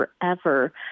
forever